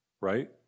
right